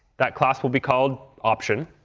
that class will be called option,